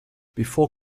before